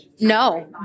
No